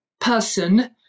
person